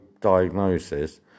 diagnosis